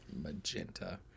Magenta